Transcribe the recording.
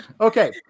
Okay